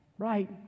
right